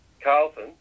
Carlton